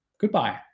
goodbye